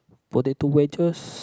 potato wedges